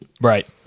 Right